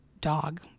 dog